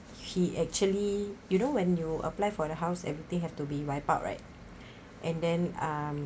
he actually you know when you apply for the house everything have to be wiped out right and then um